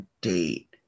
date